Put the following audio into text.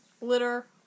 Litter